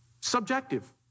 Subjective